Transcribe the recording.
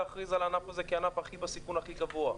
להכריז על הענף הזה כענף בסיכון הכי גבוה.